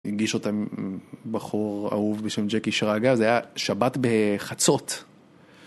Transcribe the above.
הגיש אותם בחור אהוב בשם ג'קי שראגה, זה היה שבת בחצות.